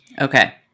Okay